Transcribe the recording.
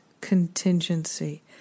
contingency